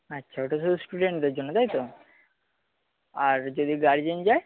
আচ্ছা ওটা শুধু স্টুডেন্টদের জন্য তাই তো আর যদি গার্জেন যায়